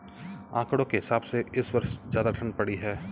आंकड़ों के हिसाब से इस वर्ष ज्यादा ठण्ड पड़ी है